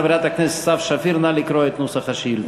חברת הכנסת סתיו שפיר, נא לקרוא את נוסח השאילתה.